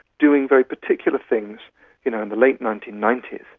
doing very particular things you know in the late nineteen ninety s,